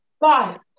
five